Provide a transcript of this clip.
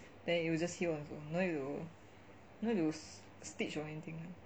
then it will just heal on its own no need no need to stitch or anything